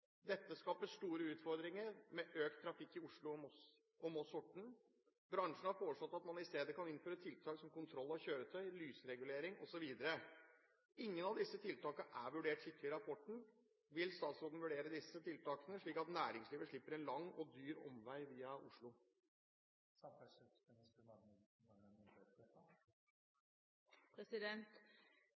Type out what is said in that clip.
Bransjen har foreslått at man isteden kan innføre tiltak som kontroll av kjøretøy, lysregulering osv. Ingen av disse tiltakene er vurdert skikkelig i rapporten. Vil statsråden vurdere disse tiltakene, slik at næringslivet slipper en lang og dyr omvei via Oslo?»